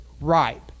ripe